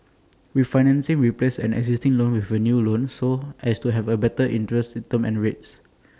refinancing replaces an existing loan with A new loan so as to have A better interest term and rates